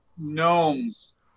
Gnomes